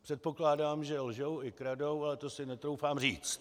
Předpokládám, že lžou i kradou, ale to si netroufám říct.